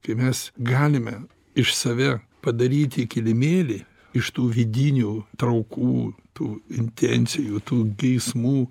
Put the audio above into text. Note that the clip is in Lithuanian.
tai mes galime iš save padaryti kilimėlį iš tų vidinių traukų tų intencijų tų geismų